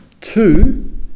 two